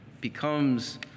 becomes